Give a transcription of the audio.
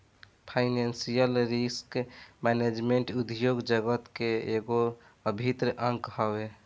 financial risk management उद्योग जगत के एगो अभिन्न अंग हवे